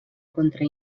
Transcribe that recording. contra